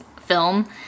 film